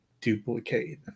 duplicate